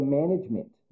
management